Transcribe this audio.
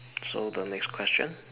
so the next question